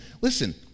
listen